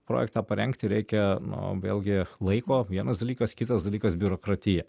projektą parengti reikia nu vėlgi laiko vienas dalykas kitas dalykas biurokratija